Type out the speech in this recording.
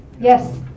Yes